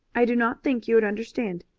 i do not think you would understand.